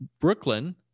Brooklyn